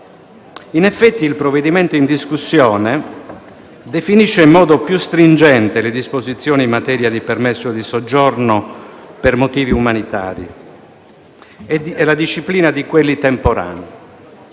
Governo, il provvedimento in discussione definisce in modo più stringente le disposizioni in materia di permesso di soggiorno per motivi umanitari e la disciplina di quello temporaneo,